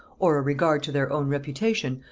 or a regard to their own reputation,